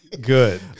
good